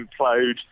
implode